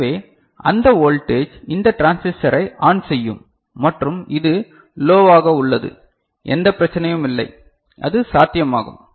எனவே அந்த வோல்டேஜ் இந்த டிரான்சிஸ்டரை ஆன் செய்யும் மற்றும் இது லோவாக உள்ளது எந்த பிரச்சினையும் இல்லை அது சாத்தியமாகும்